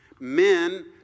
Men